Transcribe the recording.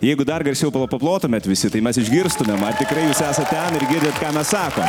jeigu dar garsiau paplotumėt visi tai mes išgirstumėm ar tikrai jūs esat ten ir girdit ką mes sakom